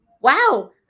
wow